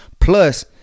plus